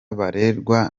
barerwa